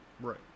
right